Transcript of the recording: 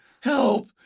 Help